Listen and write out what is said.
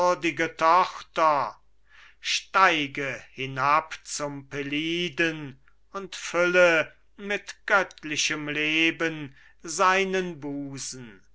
würdige tochter steige hinab zum peliden und fülle mit göttlichem leben seinen busen